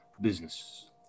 business